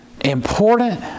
important